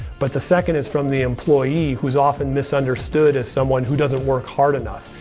but the second is from the employee who's often misunderstood as someone who doesn't work hard enough.